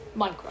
Minecraft